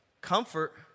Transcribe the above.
Comfort